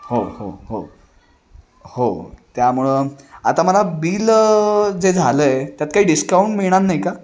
हो हो हो हो त्यामुळं आता मला बिल जे झालं आहे त्यात काही डिस्काउंट मिळणार नाही का